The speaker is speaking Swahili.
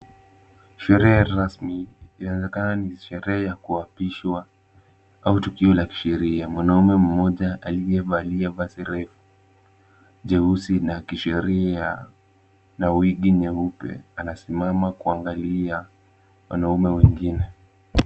Sherehe rasmi yawezekana ni sherehe ya kuapishwa au tukio la kisheria .Mwanamume mmoja aliyevalia vazi refu, jeusi na kisheria na wigi nyeupe anasimama kuangalia wanaume wengine.